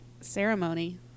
ceremony